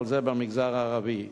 ובכלל זה במגזר הערבי.